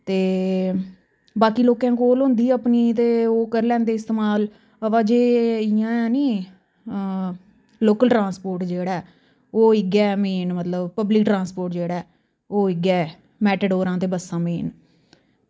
ते बाकि लोकें कोल होंदी अपनी ते ओह् करी लैंदे इस्तेमाल हां वा जे इंया ऐ निं लोकल ट्रांसपोर्ट जेह्ड़ा ऐ ओह् इयै मेन मतलब पब्लिक ट्रांसपोर्ट जेह्ड़ा ऐ ओह् इयै मेटाडोरां ते बस्सां मेन